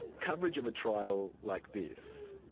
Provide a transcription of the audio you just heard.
coverage of a trial like this,